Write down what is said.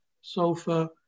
sofa